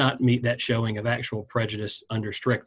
not meet that showing of actual prejudice under stric